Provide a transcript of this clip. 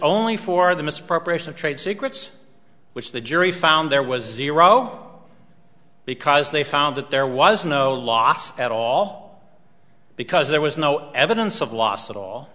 only for the misappropriation of trade secrets which the jury found there was zero because they found that there was no loss at all because there was no evidence of loss at all